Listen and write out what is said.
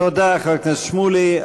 תודה, חבר הכנסת שמולי.